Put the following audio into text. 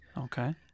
okay